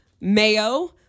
mayo